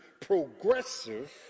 progressive